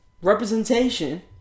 representation